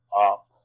up